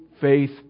faith